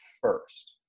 first